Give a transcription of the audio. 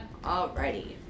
Alrighty